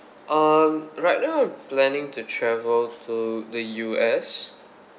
um right now I'm planning to travel to the U_S